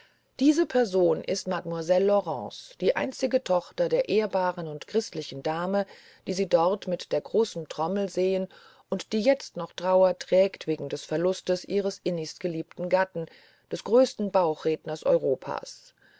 diese person ist mademoiselle laurence die einzige tochter der ehrbaren und christlichen dame die sie dort mit der großen trommel sehen und die jetzt noch trauer trägt wegen des verlustes ihres innigstgeliebten gatten des größten bauchredners europas